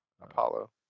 Apollo